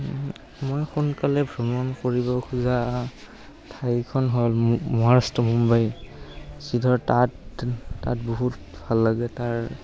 মই সোনকালে ভ্ৰমণ কৰিব খোজা ঠাইখন হ'ল মহাৰাষ্ট্ৰ মুম্বাই যি ধৰ তাত তাত বহুত ভাল লাগে তাৰ